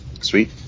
sweet